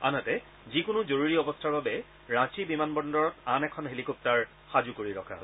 আনহাতে যিকোনো জৰুৰী অৱস্থাৰ বাবে ৰাঁছি বিমান বন্দৰত আন এখন হেলিকপ্টাৰ সাজু কৰি ৰখা হৈছে